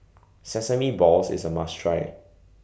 Sesame Balls IS A must Try